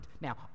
Now